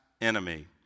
enemy